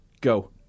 Go